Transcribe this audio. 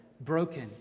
broken